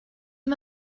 him